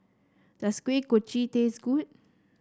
does Kuih Kochi taste good